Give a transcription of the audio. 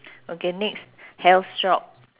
okay next health shop